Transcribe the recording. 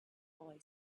boy